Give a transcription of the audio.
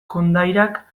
kondairak